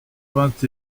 vingt